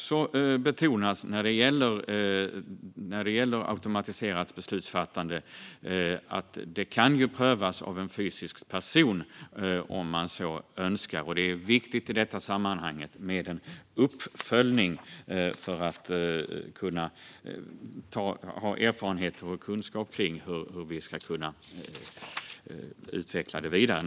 När det gäller automatiserat beslutsfattande bör det också betonas att det ju kan prövas av en fysisk person om man så önskar. I detta sammanhang är det viktigt med en uppföljning för att få erfarenheter och kunskap för att kunna utveckla detta vidare.